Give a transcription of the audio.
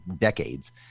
decades